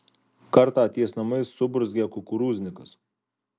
kartą ties namais suburzgė kukurūznikas